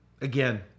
Again